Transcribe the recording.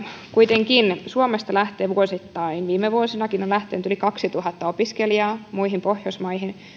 kuitenkin suomesta lähtee vuosittain viime vuosinakin on lähtenyt yli kaksituhatta opiskelijaa muihin pohjoismaihin